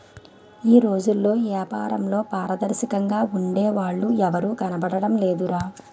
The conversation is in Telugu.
ఈ రోజుల్లో ఏపారంలో పారదర్శకంగా ఉండే వాళ్ళు ఎవరూ కనబడడం లేదురా